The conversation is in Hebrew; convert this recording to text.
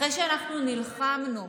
אחרי שאנחנו נלחמנו,